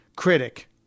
critic